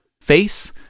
Face